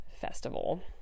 festival